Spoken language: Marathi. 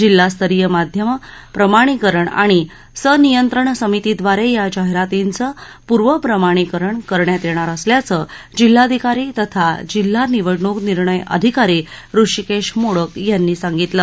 जिल्हास्तरीय माध्यमं प्रमाणीकरण आणि संनियंत्रण समितीद्वारे या जाहिरातींचे पूर्व प्रमाणीकरण करण्यात येणार असल्याचं जिल्हाधिकारी तथा जिल्हा निवडणूक निर्णय अधिकारी हृषीकेश मोडक यांनी सांगितले